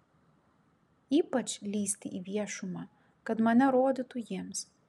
ypač lįsti į viešumą kad mane rodytų jiems